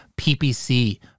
PPC